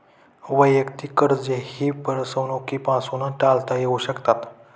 वैयक्तिक कर्जेही फसवणुकीपासून टाळता येऊ शकतात